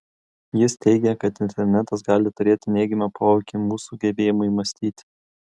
jis teigia kad internetas gali turėti neigiamą poveikį mūsų gebėjimui mąstyti